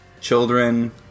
children